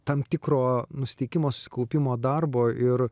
tam tikro nusiteikimo susikaupimo darbo ir